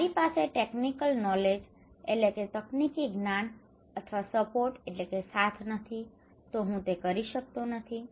મારી પાસે technical knowledge technical knowledge તકનીકી જ્ઞાન અથવા સપોર્ટ support સાથ નથી તો હું તે કરી શકતો નથી